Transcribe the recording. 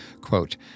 quote